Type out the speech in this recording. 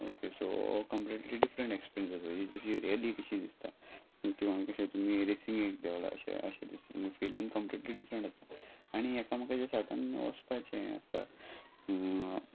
okay so हो completely different experience आसा ही जशी रेली कशी दिसता किंवा कशें तुमी रेसिंगेक देवला अशें अशें दिसता तुमकां फीलिंग कंप्लीटली डिफरंट आसता आनी एकामेकाच्या सांगतान वचपाचें आसता